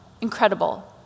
Incredible